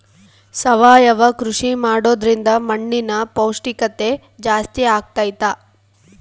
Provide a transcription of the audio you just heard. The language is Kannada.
ಸಾವಯವ ಕೃಷಿ ಮಾಡೋದ್ರಿಂದ ಮಣ್ಣಿನ ಪೌಷ್ಠಿಕತೆ ಜಾಸ್ತಿ ಆಗ್ತೈತಾ?